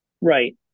Right